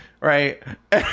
right